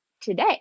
today